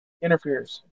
interferes